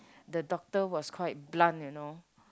the doctor was quite blunt you know